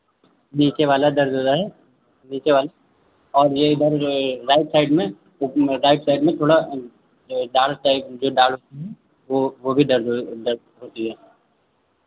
नीचे वाला दर्द हो रहा है नीचे वाला और ये इधर जो है राइट साइड में राइट साइड में थोड़ा नीचे दाढ़ टाइप जो वो भी दर्द दर्द हो रही है